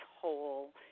whole